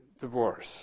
divorce